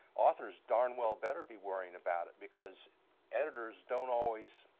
authors darn well better be worrying about it because editors don't always,